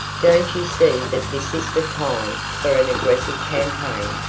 don't you see that this is the time for an aggressive campaign?